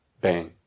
bang